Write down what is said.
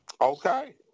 Okay